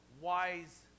wise